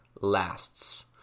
lasts